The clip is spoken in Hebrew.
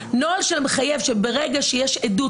נוהל מחייב שברגע שיש עדות,